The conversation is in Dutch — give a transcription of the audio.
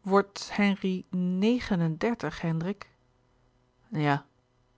wordt henri négen en dertig hendrik ja